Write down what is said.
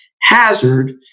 hazard